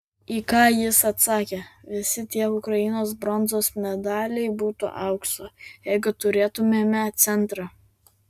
į ką jis atsakė visi tie ukrainos bronzos medaliai būtų aukso jeigu turėtumėme centrą